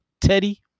teddy